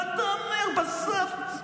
אבל אתה אומר בסוף,